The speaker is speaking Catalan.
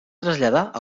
traslladar